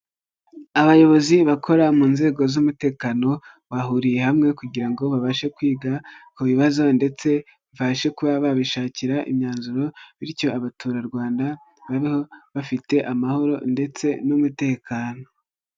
Abayobozi bakora mu nzego z'umutekano bahuriye hamwe kugira ngo babashe kwiga ku bibazo ndetse babashe kuba bashakira imyanzuro bityo abaturarwanda babeho bafite amahoro ndetse n'umutekano.